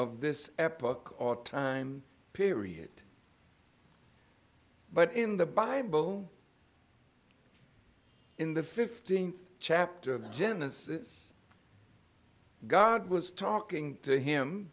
our time period but in the bible in the fifteenth chapter of genesis god was talking to him